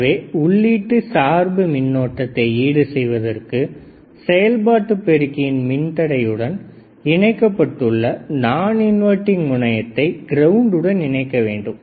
எனவே உள்ளீட்டு சார்பு மின்னோட்டத்தை ஈடு செய்வதற்கு செயல்பாட்டு பெருக்கியின் மின்தடை உடன் இணைக்கப்பட்டுள்ள நான் இன்வர்டிங் முனையத்தை கிரவுண்டுடன் இணைக்க வேண்டும்